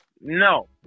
No